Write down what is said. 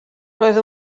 roedd